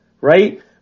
right